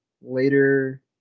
later